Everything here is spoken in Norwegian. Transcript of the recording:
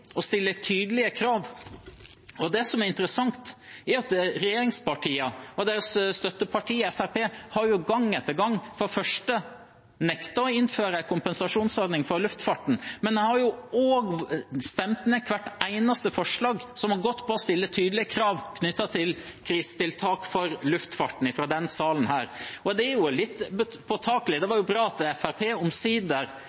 stille tydelige krav. Det som er interessant, er at regjeringspartiene og deres støtteparti Fremskrittspartiet for det første gang etter gang har nektet å innføre en kompensasjonsordning for luftfarten, men de har også stemt ned hvert eneste forslag i denne salen som har gått på å stille tydelige krav knyttet til krisetiltak for luftfarten. Det er litt påtagelig. Det var bra at Fremskrittspartiet i januar omsider var med på å stille krav om at det